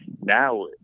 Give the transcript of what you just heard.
Now